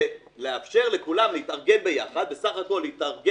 בסך הכול לאפשר לכולם להתארגן ביחד ולדבר